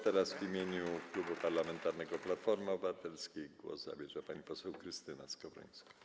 Teraz w imieniu Klubu Parlamentarnego Platforma Obywatelska głos zabierze pani poseł Krystyna Skowrońska.